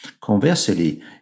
Conversely